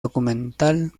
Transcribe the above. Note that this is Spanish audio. documental